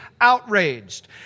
outraged